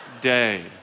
day